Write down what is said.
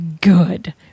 good